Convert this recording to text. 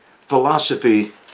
philosophy